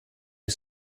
you